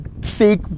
fake